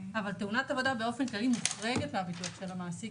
אבל תאונת עבודה באופן כללי נחרגת מהביטוח של המעסיק.